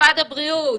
משרד הבריאות